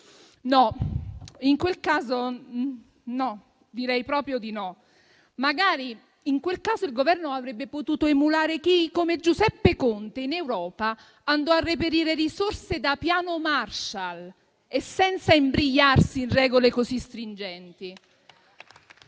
in quel caso il Governo avrebbe potuto emulare chi, come Giuseppe Conte in Europa, andò a reperire risorse da Piano Marshall e senza imbrigliarsi in regole così stringenti.